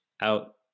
out